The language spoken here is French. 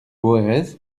boeres